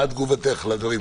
מה תגובתך לדברים?